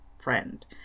friend